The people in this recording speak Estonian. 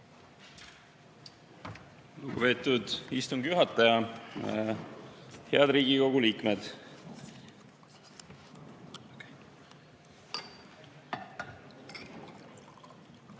Lugupeetud istungi juhataja! Head Riigikogu liikmed!